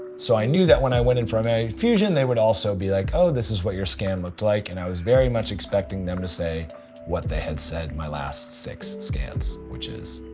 so i knew that when i went in from a fusion, they would also be like, oh this is what your scan looked like. and i was very much expecting them to say what they had said my last six scans, which is